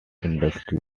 industry